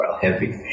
heavy